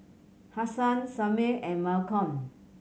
Hasan Samir and Malcom